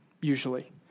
usually